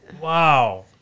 Wow